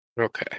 okay